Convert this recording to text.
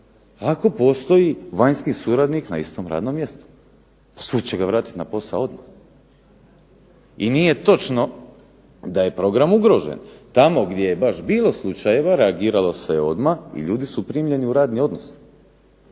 ako postoji vanjski suradnik na istom radnom mjestu. Sud će ga vratiti na posao odmah. I nije točno da je program ugrožen. Tamo gdje je baš bilo slučajeva reagiralo se odmah i ljudi su primljeni u radni odnos.